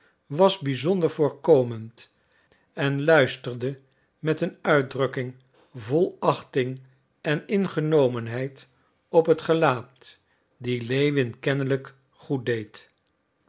was bizonder voorkomend en luisterde met een uitdrukking vol achting en ingenomenheid op het gelaat die lewin kennelijk goed deed